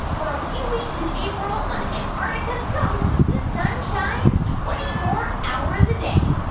for a few weeks in april on antarctica's coast, the sun shines twenty four hours a day?